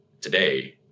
today